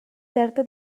certa